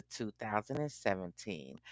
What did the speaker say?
2017